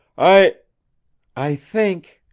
i i think,